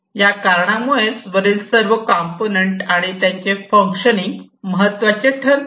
याच कारणामुळे वरील सर्व कंपोनेंट आणि त्यांचे फंक्शनिंग महत्त्वाचे ठरते